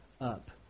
up